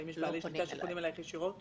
האם יש מצב שפונים אליך ישירות?